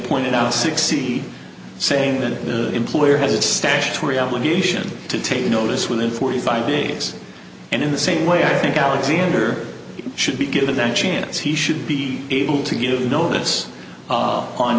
pointed out sixty saying that the employer has a statutory obligation to take notice within forty five days and in the same way i think alexander should be given that chance he should be able to give notice